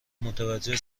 متوجه